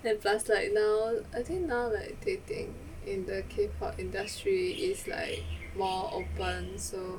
and plus like now I think now like dating in the K pop industry is like more open so